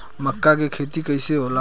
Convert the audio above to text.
मका के खेती कइसे होला?